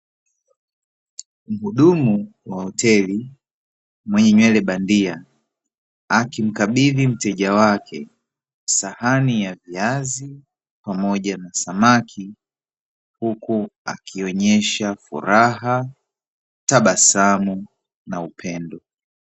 Mhudumu wa hoteli mwenye nywele bandia, akimkabidhi mteja wake sahani ya viazi pamoja na samaki; huku akionyesha furaha, tabasamu na upendo.